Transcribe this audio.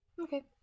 okay